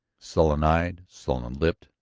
sullen-eyed, sullen-lipped,